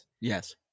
Yes